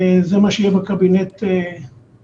וזה מה שיהיה בקבינט היום.